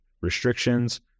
restrictions